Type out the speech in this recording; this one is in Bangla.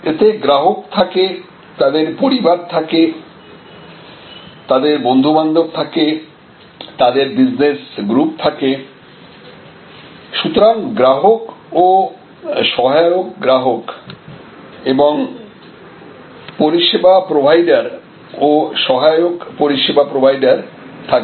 এতে গ্রাহক থাকে তাদের পরিবার থাকে তাদের বন্ধুবান্ধব থাকে তাদের বিজনেস গ্রুপ থাকে সুতরাং গ্রাহক ও সহায়ক গ্রাহক এবং পরিষেবা প্রোভাইডার ও সহায়ক পরিষেবা প্রোভাইডার থাকবে